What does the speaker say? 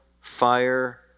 fire